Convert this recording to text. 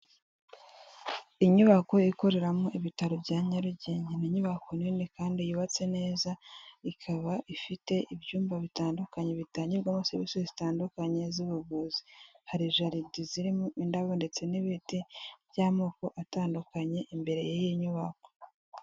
Inyubako ikoreramo ibitaro bya Nyarugenge. Ni inyubako nini kandi yubatse neza, ikaba ifite ibyumba bitandukanye bitangirwamo serivisi zitandukanye z'ubuvuzi. Hari jaride zirimo indabo ndetse n'ibiti by'amoko atandukanye imbere y'iyi nyubako.